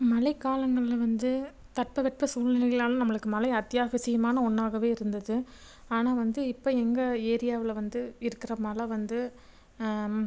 மழைக்காலங்களில் வந்து தட்பவெட்ப சூழ்நிலைகளால் நம்மளுக்கு மழை அத்தியாவசியமான ஒன்றாகவே இருந்தது ஆனால் வந்து இப்போ எங்கள் ஏரியாவில் வந்து இருக்கிற மழை வந்து